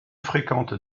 fréquente